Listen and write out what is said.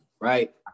right